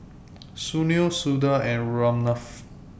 Sunil Suda and Ramnath